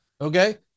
Okay